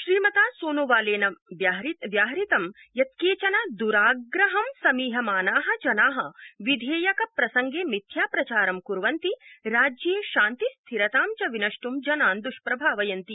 श्रीमता सोनोवालेन न्याहृतं यत् केचन द्राग्रह समीहमाना जना विधेयक प्रसंगे मिथ्या प्रचार कुर्वन्ति राज्ये शान्ति स्थिरता च विनष्ट जनान् दृष्प्रभावयन्ति